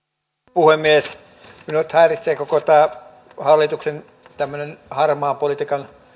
puhemies minua nyt häiritsee hallituksen koko tämmöinen harmaan politiikan